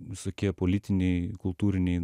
visokie politiniai kultūriniai